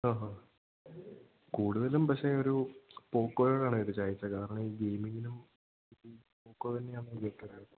ആഹാ കൂടുതലും പക്ഷേ ഒരു പോക്കോയാണ് കാരണം ഈ ഗെയ്മിങ്ങിനും പോക്കോ തന്നെയാണ് ഏറ്റവും നല്ലത്